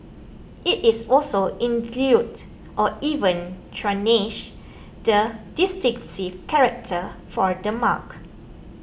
it is also or even tarnish the distinctive character for the mark